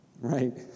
right